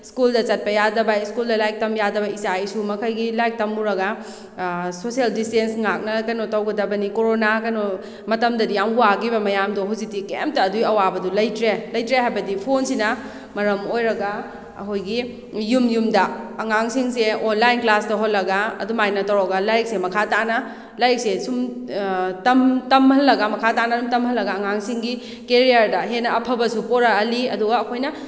ꯁ꯭ꯀꯨꯜꯗ ꯆꯠꯄ ꯌꯥꯗꯕ ꯁ꯭ꯀꯨꯜꯗ ꯂꯥꯏꯔꯤꯛ ꯇꯝ ꯌꯥꯗꯕ ꯏꯆꯥ ꯏꯁꯨ ꯃꯈꯩꯒꯤ ꯂꯥꯏꯔꯤꯛ ꯇꯝꯃꯨꯔꯒ ꯁꯣꯁꯦꯜ ꯗꯤꯁꯇꯦꯟꯁ ꯉꯥꯛꯅ ꯀꯩꯅꯣ ꯇꯧꯒꯗꯕꯅꯤ ꯀꯣꯔꯣꯅꯥ ꯀꯩꯅꯣ ꯃꯇꯝꯗꯗꯤ ꯌꯥꯝ ꯋꯥꯈꯤꯕ ꯃꯌꯥꯝꯗꯣ ꯍꯧꯖꯤꯛꯇꯤ ꯀꯩꯝꯇ ꯑꯗꯨꯏ ꯑꯋꯥꯕꯗꯣ ꯂꯩꯇ꯭ꯔꯦ ꯂꯩꯇ꯭ꯔꯦ ꯍꯥꯏꯕꯗꯤ ꯐꯣꯟꯁꯤꯅ ꯃꯔꯝ ꯑꯣꯏꯔꯒ ꯑꯩꯈꯣꯏꯒꯤ ꯌꯨꯝ ꯌꯨꯝꯗ ꯑꯉꯥꯡꯁꯤꯡꯁꯦ ꯑꯣꯟꯂꯥꯏꯟ ꯀ꯭ꯂꯥꯁ ꯇꯧꯍꯜꯂꯒ ꯑꯗꯨꯃꯥꯏꯅ ꯇꯧꯔꯒ ꯂꯥꯏꯔꯤꯛꯁꯤ ꯃꯈꯥ ꯇꯥꯅ ꯂꯥꯏꯔꯤꯛꯁꯦ ꯁꯨꯝ ꯇꯝꯍꯜꯂꯒ ꯃꯈꯥ ꯇꯥꯅ ꯑꯗꯨꯝ ꯇꯝꯍꯜꯂꯒ ꯑꯉꯥꯡꯁꯤꯡꯒꯤ ꯀꯦꯔꯤꯌꯔꯗ ꯍꯦꯟꯅ ꯑꯐꯕꯁꯨ ꯄꯣꯔꯛꯍꯜꯂꯤ ꯑꯗꯨꯒ ꯑꯩꯈꯣꯏꯅ